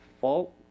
fault